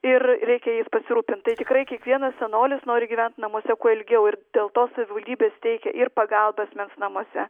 ir reikia jais pasirūpint tai tikrai kiekvienas senolis nori gyvent namuose kuo ilgiau ir dėl to savivaldybės teikia ir pagalbą asmens namuose